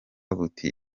buti